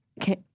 okay